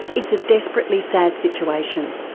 it's a desperately sad situation.